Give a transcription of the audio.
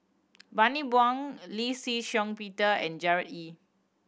Bani Buang Lee Shih Shiong Peter and Gerard Ee